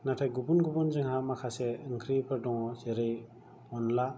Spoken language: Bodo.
नाथाय गुबुन गुबुन जोंहा माखासे ओंख्रिफोर दङ जेरै अनला